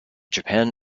japan